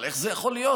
איך זה יכול להיות?